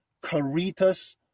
Caritas